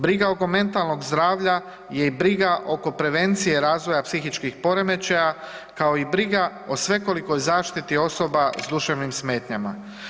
Briga oko mentalnog zdravlja je i briga oko prevencije razvoja psihičkih poremećaja kao i briga o svekolikoj zaštiti osoba s duševnim smetnjama.